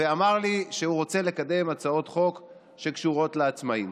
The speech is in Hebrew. ואמר לי שהוא רוצה לקדם הצעות חוק שקשורות לעצמאים.